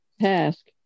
task